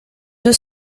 deux